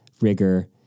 rigor